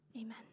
Amen